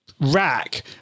rack